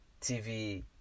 TV